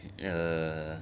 err